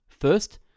first